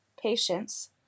patience